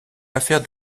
l’affaire